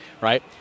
right